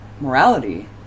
Morality